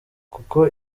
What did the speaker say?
kuko